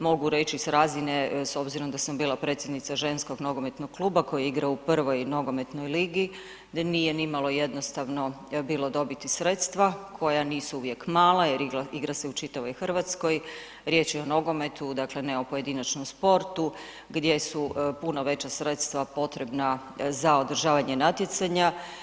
Mogu reći s razine s obzirom da sam bila predsjednica ženskog nogometnog kluba koji igra u prvoj nogometnoj ligi gdje nije nimalo jednostavno bilo dobiti sredstva koja nisu uvijek mala jer igra se u čitavoj Hrvatskoj, riječ je o nogometu, dakle ne o pojedinačnom sportu gdje su puno veća sredstva potrebna za održavanje natjecanja.